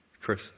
Chris